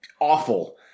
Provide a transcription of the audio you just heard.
awful